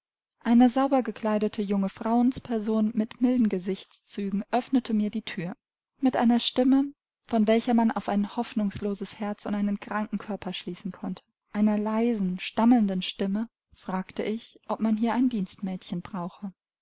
eine sauber gekleidete junge frauensperson mit milden gesichtszügen öffnete mir die thür mit einer stimme von welcher man auf ein hoffnungsloses herz und einen kranken körper schließen konnte einer leisen stammelnden stimme fragte ich ob man hier ein dienstmädchen brauche